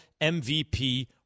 MVP